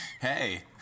Hey